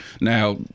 Now